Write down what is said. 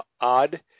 odd